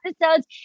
episodes